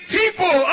people